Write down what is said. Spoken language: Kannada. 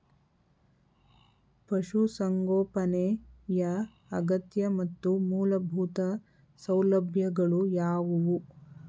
ಪಶುಸಂಗೋಪನೆಯ ಅಗತ್ಯ ಮತ್ತು ಮೂಲಭೂತ ಸೌಲಭ್ಯಗಳು ಯಾವುವು?